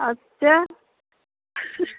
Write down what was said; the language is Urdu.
اچھا